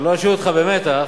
שלא אשאיר אותך במתח,